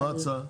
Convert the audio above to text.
מה ההצעה?